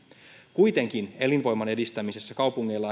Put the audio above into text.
kuitenkin elinvoiman edistämisessä kaupungeilla